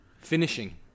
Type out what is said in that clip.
Finishing